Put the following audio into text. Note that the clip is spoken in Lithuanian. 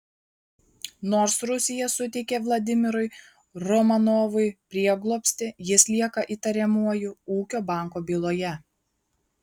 nors rusija suteikė vladimirui romanovui prieglobstį jis lieka įtariamuoju ūkio banko byloje